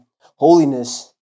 Holiness